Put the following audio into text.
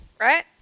right